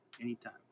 Anytime